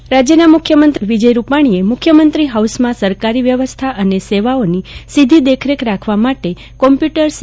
dashboard રાજ્યના મુખ્યમંત્રી વિજયરૂપાણીએ મુખ્યમંત્રી ઓફિસમાં સરકારી વ્યવસ્થા અને સેવાઓનું સીધી દેખરેખ રાખવા માટે કોમ્પ્યુટર સી